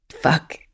Fuck